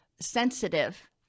sensitive